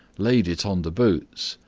laid it on the boots,